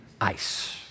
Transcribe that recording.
ice